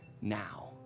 now